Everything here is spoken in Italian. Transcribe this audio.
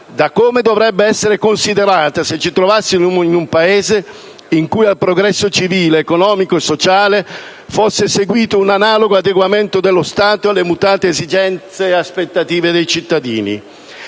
da come dovrebbe essere considerata se ci trovassimo in un Paese in cui al progresso civile, economico e sociale fosse seguito un analogo adeguamento dello Stato alle mutate esigenze e aspettative dei cittadini.